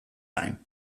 time